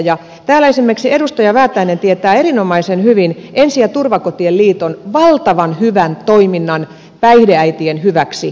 täällä esimerkiksi edustaja väätäinen tietää erinomaisen hyvin ensi ja turvakotien liiton valtavan hyvän toiminnan päihdeäitien hyväksi